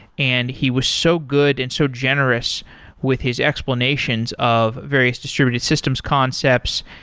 and he was so good and so generous with his explanations of various distributed systems concepts,